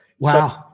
Wow